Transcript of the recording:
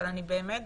אבל אני אומרת